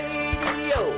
Radio